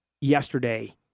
yesterday